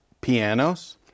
pianos